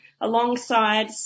alongside